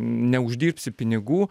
neuždirbsi pinigų